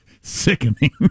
Sickening